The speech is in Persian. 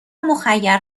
مخیر